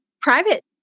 private